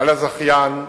על הזכיין,